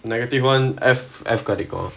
negative one F F கிடைக்கும்:kidaikkum